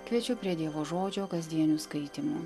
kviečiu prie dievo žodžio kasdienių skaitymų